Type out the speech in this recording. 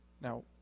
Now